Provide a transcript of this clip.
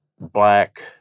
black